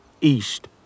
east